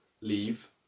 leave